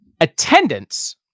Attendance